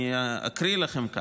אני אקריא לכם: